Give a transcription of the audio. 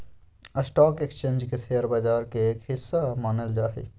stock exchange के share बाजार के एक हिस्सा मानल जा हई